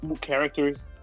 characters